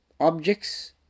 Objects